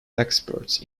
experts